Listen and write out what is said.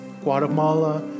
Guatemala